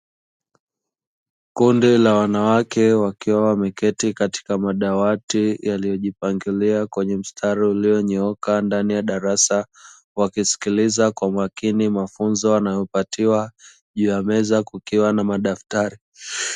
Kundi la wanawake wakiwa wameketi katika madawati, yaliyojipangilia katika mstari iliyonyooka ndani ya darasa, wakisilikiliza kwa makini mafunzo wanayopatiwa, juu ya meza kukiwa na madaftari.